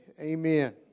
Amen